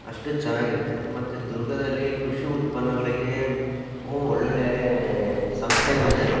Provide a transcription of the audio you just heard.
ಅಷ್ಟು ಚೆನ್ನಾಗಿ ಇರುತ್ತೆ ಮತ್ತೆ ದುರ್ಗದಲ್ಲಿ ಕೃಷಿ ಉತ್ಪನ್ನಗಳಿಗೆ ಒಳ್ಳೊಳ್ಳೆ ಸಂಸ್ಥೆಗಳಿದೆ